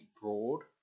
broad